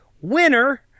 winner